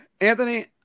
Anthony